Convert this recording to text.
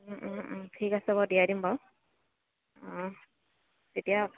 ঠিক আছে বাৰু দিয়াই দিম বাৰু এতিয়া